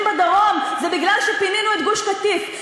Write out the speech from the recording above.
בדרום זה מפני שפינינו את גוש-קטיף.